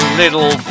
little